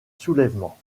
soulèvement